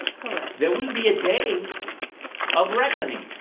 correct. there will be a day of reckoning.